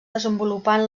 desenvolupant